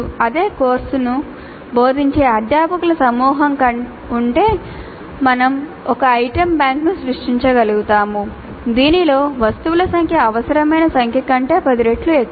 అదే కోర్సును బోధించే అధ్యాపకుల సమూహం ఉంటే మేము ఒక ఐటెమ్ బ్యాంక్ను సృష్టించగలుగుతాము దీనిలో వస్తువుల సంఖ్య అవసరమైన సంఖ్య కంటే పది రెట్లు ఎక్కువ